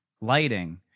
lighting